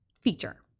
feature